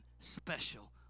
Special